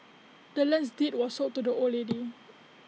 the land's deed was sold to the old lady